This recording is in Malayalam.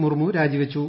മുർമു രാജിവെച്ചു